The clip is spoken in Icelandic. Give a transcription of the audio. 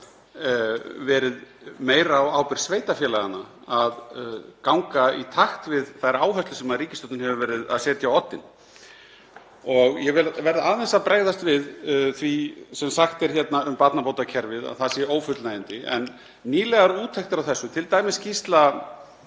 verið meira á ábyrgð sveitarfélaganna að ganga í takt við þær áherslur sem ríkisstjórnin hefur verið að setja á oddinn. Ég verð aðeins að bregðast við því sem sagt er hér um barnabótakerfið, að það sé ófullnægjandi. En nýlegar úttektir á þessu, t.d. skýrsla